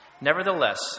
Nevertheless